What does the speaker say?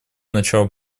начало